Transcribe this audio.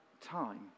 time